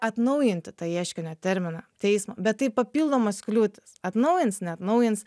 atnaujinti tą ieškinio terminą teismo bet tai papildomos kliūtys atnaujins neatnaujins